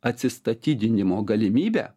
atsistatydinimo galimybę